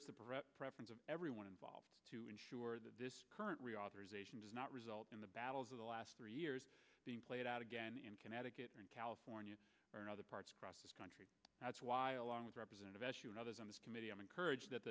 it's the preference of everyone involved to ensure that this current reauthorization does not result in the battles of the last three years being played out again in connecticut or in california or in other parts cross country that's why along with representative eshoo and others on this committee i'm encouraged